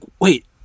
wait